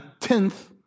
tenth